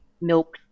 milk